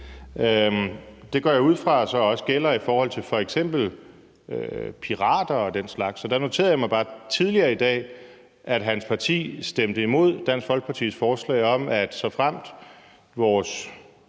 Det går jeg så også ud fra gælder i forhold til f.eks. pirater og den slags, og der noterede jeg mig bare tidligere i dag, at hans parti stemte imod Dansk Folkepartis forslag om, at pirater, såfremt vores